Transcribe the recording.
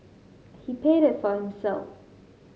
he paid it for himself